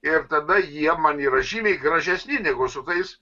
ir tada jie man yra žymiai gražesni negu su tais